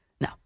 No